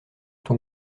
ton